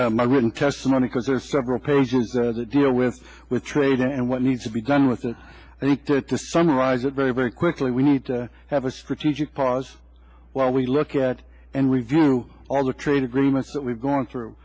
read my written testimony because there are several pages that deal with with trade and what needs to be done with and i think to summarize it very very quickly we need to have a strategic pause while we look at and review all the trade agreements that we've gone through